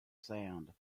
sound